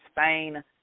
Spain